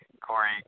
Corey